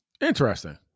Interesting